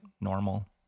normal